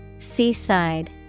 Seaside